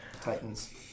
Titans